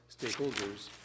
stakeholders